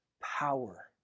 power